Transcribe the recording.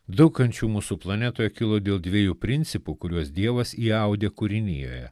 daug kančių mūsų planetoje kilo dėl dviejų principų kuriuos dievas įaudė kūrinijoje